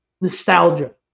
nostalgia